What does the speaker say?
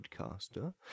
podcaster